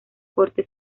corte